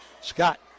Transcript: Scott